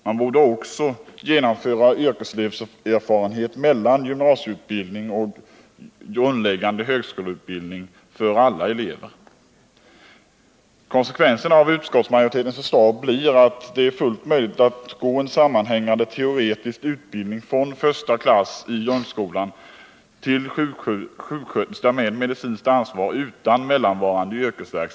Yrkesverksamhet för alla elever borde också läggas in mellan gymnasieutbildningen och den grundläggande högskoleutbildningen. Konsekvenserna av utskottsmajoritetens förslag blir att det är fullt möjligt att gå en sammanhängande teoretisk utbildning utan mellanvarande yrkesverksamhet från första klass i grundskolan till dess att man är färdigutbildad sjuksköterska med medicinskt ansvar.